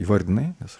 įvardinai nes